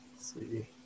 see